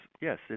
yes